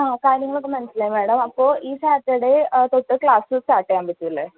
ആ കാര്യങ്ങളൊക്കെ മനസ്സിലായി മാഡം അപ്പോൾ ഈ സാറ്റർഡേ തൊട്ട് ക്ലാസ്സ് സ്റ്റാർട്ട് ചെയ്യാൻ പറ്റും അല്ലേ